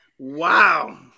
Wow